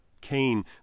Cain